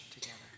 together